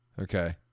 Okay